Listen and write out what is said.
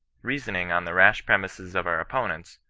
reasoning on the rash premises of our opponents,